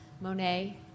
Monet